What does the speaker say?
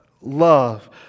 love